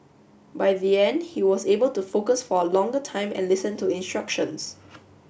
by the end he was able to focus for a longer time and listen to instructions